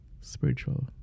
spiritual